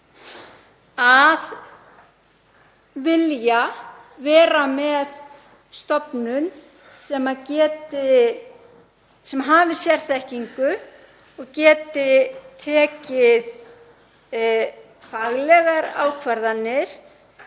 að vilja vera með stofnun sem hafi sérþekkingu og geti tekið faglegar ákvarðanir